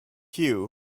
queue